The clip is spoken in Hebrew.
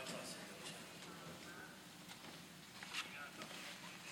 ההצעה להעביר את הנושא